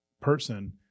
person